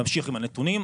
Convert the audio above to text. נמשיך עם הנתונים,